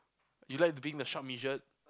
you like being the short midget